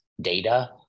Data